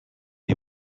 die